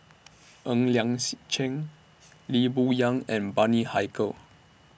Ng Liang C Chiang Lee Boon Yang and Bani Haykal